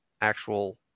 actual